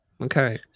Okay